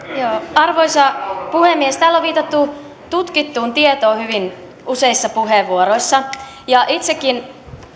arvoisa puhemies täällä on viitattu tutkittuun tietoon hyvin useissa puheenvuoroissa ja itsekin